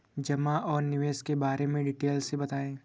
जमा और निवेश के बारे में डिटेल से बताएँ?